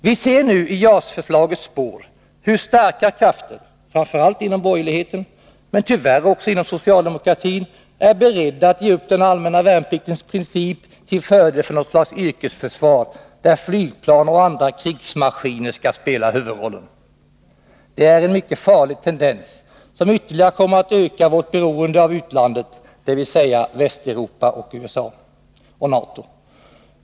Vi ser nu i JAS-förslagets spår hur starka krafter, framför allt inom borgerligheten men tyvärr också inom socialdemokratin, är beredda att ge upp den allmänna värnpliktens princip till fördel för något slags yrkesförsvar, där flygplan och andra krigsmaskiner skall spela huvudrollen. Det är en mycket farlig tendens, som ytterligare kommer att öka vårt beroende av utlandet, dvs. Västeuropa, USA och NATO.